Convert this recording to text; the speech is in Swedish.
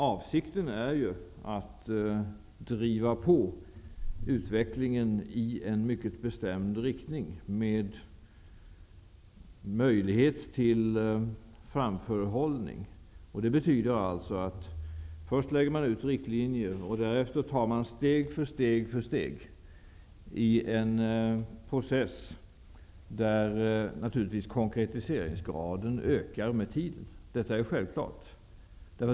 Avsikten är att driva på utvecklingen i en mycket bestämd riktning. Det måste finnas möjlighet till framförhållning. Det betyder att först lägger man ut riktlinjer, och därefter tar man steg efter steg i en process där konkretiseringsgraden ökar med tiden. Detta är självklart.